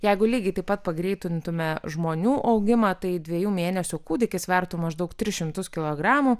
jeigu lygiai taip pat pagreitintume žmonių augimą tai dviejų mėnesių kūdikis svertų maždaug tris šimtus kilogramų